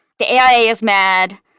the aia is mad,